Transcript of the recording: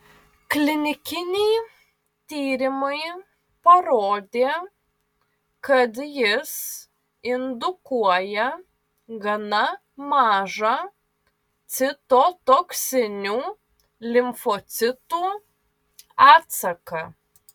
klinikiniai tyrimai parodė kad jis indukuoja gana mažą citotoksinių limfocitų atsaką